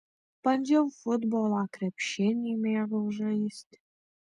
bandžiau futbolą krepšinį mėgau žaisti